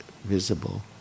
visible